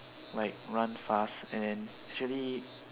like run fast actually